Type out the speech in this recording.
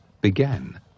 began